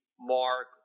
mark